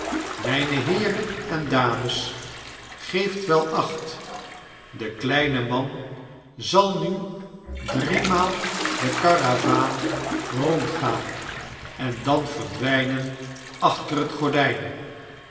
myne heeren en dames geeft wel acht de kleine man zal nu driemaal de karavaan rondgaan en dan verdwynen achter het gordyn